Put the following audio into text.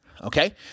Okay